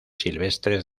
silvestres